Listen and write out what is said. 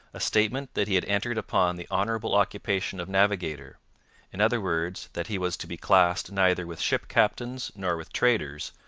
a statement that he had entered upon the honourable occupation of navigator in other words, that he was to be classed neither with ship-captains nor with traders,